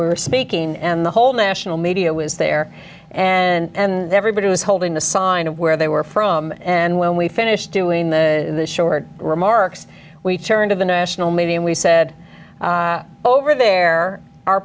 we were speaking and the whole national media was there and everybody was holding a sign of where they were from and when we finished doing the short remarks we turn to the national media and we said over there are